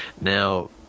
Now